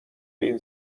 این